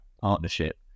partnership